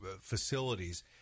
facilities